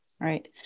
Right